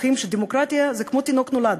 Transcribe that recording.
שוכחים שדמוקרטיה זה כמו תינוק שנולד,